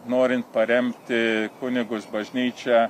norint paremti kunigus bažnyčią